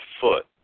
foot